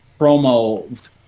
promo